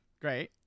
Great